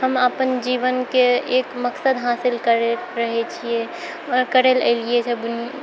हम अपन जीवनके एक मकसद हासिल करि रहै छिए करैलऽ अएलिए जब